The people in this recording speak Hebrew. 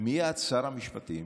משר המשפטים,